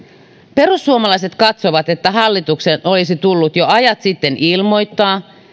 perussuomalaiset katsovat että hallituksen olisi tullut jo ajat sitten ilmoittaa